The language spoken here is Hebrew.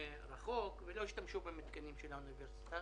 לא ענו להם על בקשות של מלגות מדצמבר